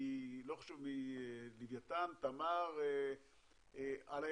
לא חשוב, מלווייתן, תמר על היבשה,